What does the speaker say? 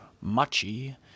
machi